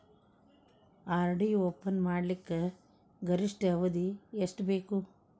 RD open ಮಾಡಲಿಕ್ಕ ಗರಿಷ್ಠ ಅವಧಿ ಎಷ್ಟ ಬೇಕು?